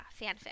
fanfic